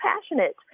passionate